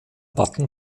wappen